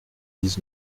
dix